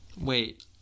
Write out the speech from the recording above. Wait